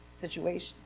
situation